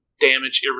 damage